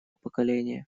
поколение